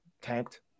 tanked